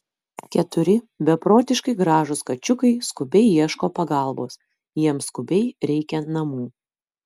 keturi beprotiškai gražūs kačiukai skubiai ieško pagalbos jiems skubiai reikia namų